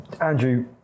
Andrew